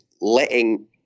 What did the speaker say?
letting